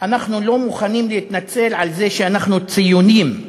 אנחנו לא מוכנים להתנצל על זה שאנחנו ציונים,